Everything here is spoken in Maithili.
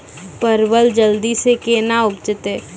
परवल जल्दी से के ना उपजाते?